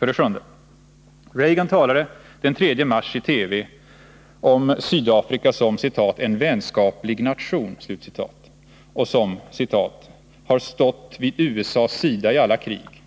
7. Reagan talade den 3 mars i TV om Sydafrika som ”en vänskaplig nation” som ”stått vid USA:s sida i alla krig”